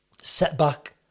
setback